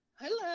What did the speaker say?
Hello